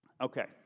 Okay